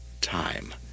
time